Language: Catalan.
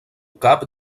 cap